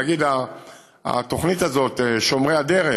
נגיד התוכנית הזאת, שומרי הדרך,